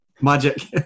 Magic